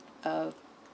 uh